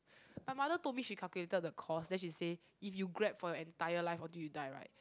my mother told me she calculated the cost then she say if you Grab for your entire life until you die right